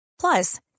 Plus